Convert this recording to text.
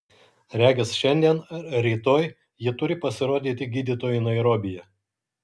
regis šiandien ar rytoj ji turi pasirodyti gydytojui nairobyje